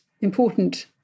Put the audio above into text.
important